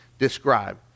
Describe